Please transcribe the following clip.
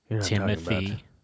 Timothy